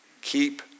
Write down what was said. Keep